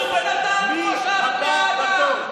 מי הבא בתור.